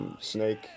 Snake